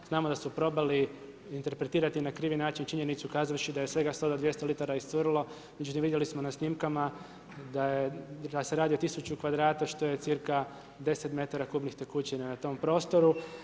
Znamo da su probali interpretirati na krivi način činjenicu kazavši da je svega 100 do 200 litara iscurilo, međutim vidjeli smo na snimkama da se radi o tisuću kvadrata što je cca. 10 metara kubnih tekućine na tom prostoru.